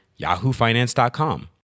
yahoofinance.com